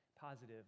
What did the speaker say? positive